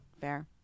fair